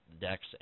decks